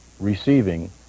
receiving